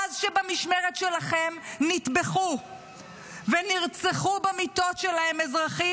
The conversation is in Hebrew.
מאז שבמשמרת שלכם נטבחו ונרצחו במיטות שלהם אזרחים